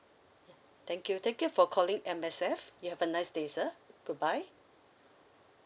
ya thank you thank you for calling M_S_F you have a nice day sir goodbye